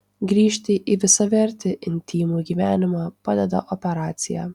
grįžti į visavertį intymų gyvenimą padeda operacija